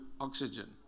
oxygen